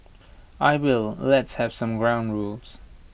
I will let's have some ground rules